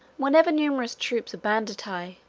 whenever numerous troops of banditti,